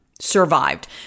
survived